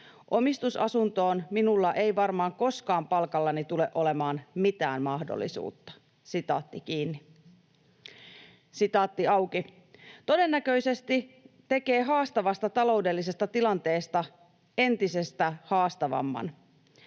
Omistusasuntoon minulla ei varmaan koskaan palkallani tule olemaan mitään mahdollisuutta.” ”Todennäköisesti tekee haastavasta taloudellisesta tilanteesta entistä haastavamman.